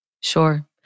Sure